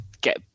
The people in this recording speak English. get